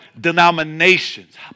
denominations